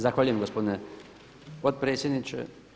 Zahvaljujem gospodine potpredsjedniče.